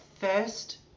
first